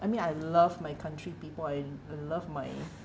I mean I love my country people I l~ love my